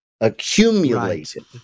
accumulated